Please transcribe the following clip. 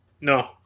No